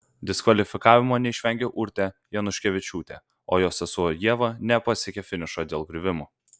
diskvalifikavimo neišvengė urtė januškevičiūtė o jos sesuo ieva nepasiekė finišo dėl griuvimo